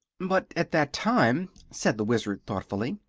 but, at that time, said the wizard, thoughtfully,